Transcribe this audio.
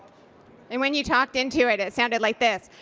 and when you talked into it, it sounded like this